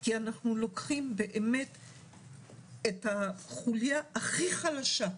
כי אנחנו לוקחים את החוליה הכי חלשה.